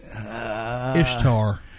ishtar